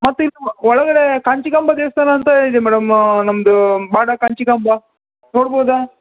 ಮತ್ತೆ ಇಲ್ಲಿ ಒಳಗಡೆ ಕಾಂಚಿಕಾಂಬ ದೇವಸ್ಥಾನ ಅಂತ ಇದೆ ಮೇಡಮ್ ನಮ್ದು ಬಾಡ ಕಾಂಚಿಕಾಂಬ ನೋಡ್ಬೋದಾ